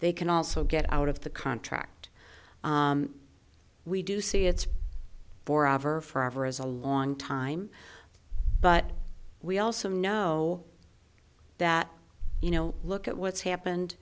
they can also get out of the contract we do see it's for ever for ever as a long time but we also know that you know look at what's happened